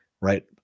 right